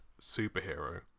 superhero